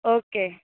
okay